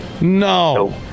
no